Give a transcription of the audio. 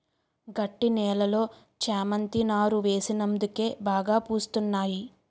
గట్టి నేలలో చేమంతి నారు వేసినందుకే బాగా పూస్తున్నాయి